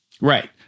Right